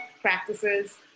practices